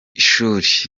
shuri